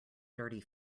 dirty